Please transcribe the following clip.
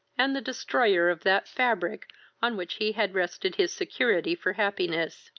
and the destroyer of that fabric on which he had rested his security for happiness.